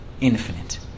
infinite